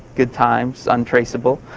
good times, untraceable,